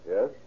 Yes